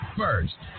first